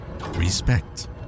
respect